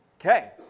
Okay